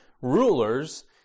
rulers